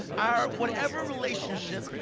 our whatever relationship,